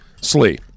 Slee